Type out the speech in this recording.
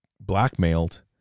blackmailed